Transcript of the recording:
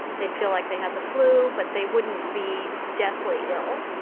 they'd feel like they had the flu. but they wouldn't be deathly ill.